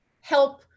help